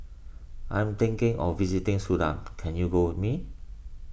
I am thinking of visiting Sudan can you go with me